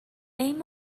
aim